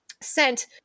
sent